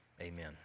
Amen